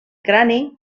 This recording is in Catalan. crani